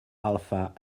alpha